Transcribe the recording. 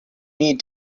need